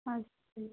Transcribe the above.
ਅੱਛਾ ਜੀ